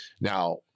Now